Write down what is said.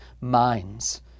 minds